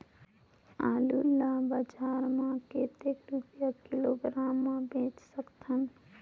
आलू ला बजार मां कतेक रुपिया किलोग्राम म बेच सकथन?